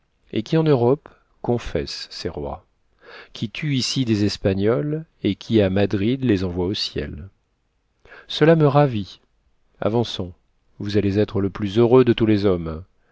et qui en europe confessent ces rois qui tuent ici des espagnols et qui à madrid les envoient au ciel cela me ravit avançons vous allez être le plus heureux de tous les hommes